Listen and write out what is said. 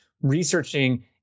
researching